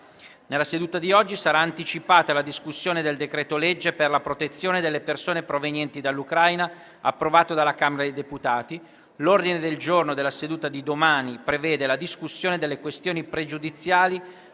Nella seduta di oggi sarà anticipata la discussione del decreto-legge per la protezione delle persone provenienti dall'Ucraina, approvato dalla Camera dei deputati. L'ordine del giorno della seduta di domani prevede la discussione delle questioni pregiudiziali,